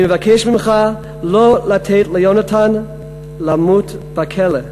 אני מבקש ממך לא לתת ליונתן למות בכלא.